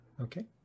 Okay